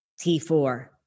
T4